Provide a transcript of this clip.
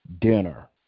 dinner